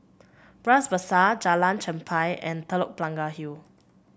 Bras Basah Jalan Chempah and Telok Blangah Hill